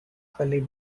equally